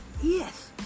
yes